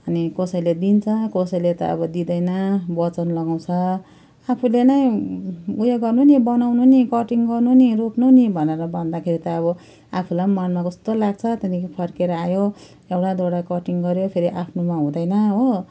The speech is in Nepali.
अनि कसैले दिन्छ कसैले त अब दिँदैन वचन लगाउँछ आफूले नै उयो गर्नु नि बनाउनु नि कटिङ गर्नु नि रोप्नु नि भनेर भन्दाखेरि त अब आफूलाई मनमा कस्तो लाग्छ त्यहाँदेखि फर्केर आयो एउटा दुइटा कटिङ गर्यो फेरि आफ्नोमा हुँदैन हो